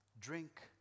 drink